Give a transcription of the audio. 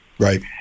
Right